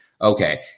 Okay